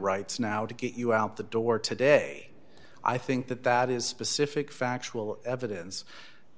rights now to get you out the door today i think that that is specific factual evidence